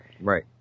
Right